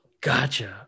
gotcha